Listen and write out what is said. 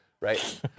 right